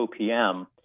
OPM